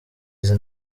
izi